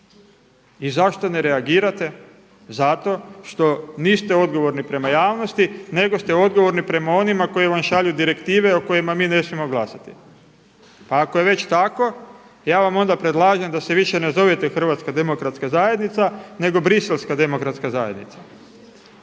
I zašto ne reagirate? Zato što niste odgovorni prema javnosti nego ste odgovorni prema onima koji vam šalju direktive o kojima mi ne smijemo glasati. Pa ako je već tako, ja vam onda predlažem da se više ne zovete HDZ nego biselska demokratska zajednica